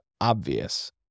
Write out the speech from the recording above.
obvious